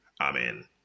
amen